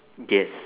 yes